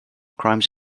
crimes